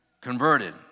converted